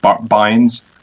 binds